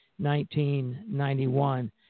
1991